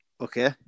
Okay